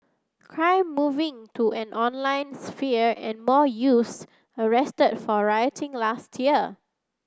crime moving to an online sphere and more youths arrested for rioting last year